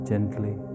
gently